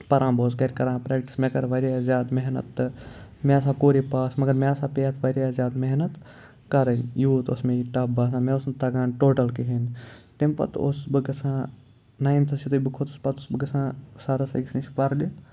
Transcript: پَران بہٕ اوسُس گَرِ کَران پرٛٮ۪کٹِس مےٚ کٔر واریاہ زیادٕ محنت تہٕ مےٚ ہَسا کوٚر یہِ پاس مگر مےٚ ہَسا پے یَتھ واریاہ زیادٕ محنت کَرٕنۍ یوٗت اوس مےٚ یہِ ٹَف باسان مےٚ اوس نہٕ تَگان ٹوٹَل کِہیٖنۍ تمہِ پَتہٕ اوسُس بہٕ گژھان ناینتھَس یُتھُے بہٕ کھوٚتُس پَتہٕ اوسُس بہٕ گژھان سَرَس أکِس نِش پَرنہِ